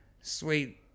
sweet